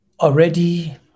Already